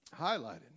highlighted